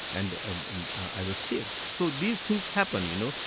and and i was saved. so these things happen, you know,